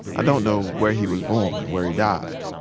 i don't know where he was born or where he died.